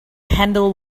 handle